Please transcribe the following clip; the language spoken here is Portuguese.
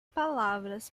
palavras